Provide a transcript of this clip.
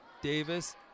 Davis